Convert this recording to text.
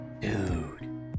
dude